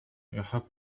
يحب